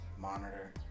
monitor